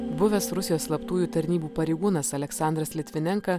buvęs rusijos slaptųjų tarnybų pareigūnas aleksandras litvinenka